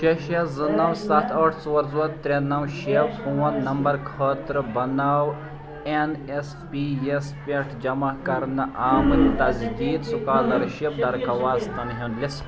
شےٚ شےٚ زٕ نَو سَتھ ٲٹھ ژور ژور ترٛےٚ نَو شےٚ فون نمبر خٲطرٕ بناو این ایس پی یَس پٮ۪ٹھ جمع کَرنہٕ آمٕتۍ تسجدیٖد سُکالرشِپ درخواستن ہُنٛد لِسٹ